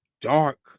dark